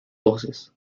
voces